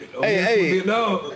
hey